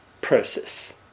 process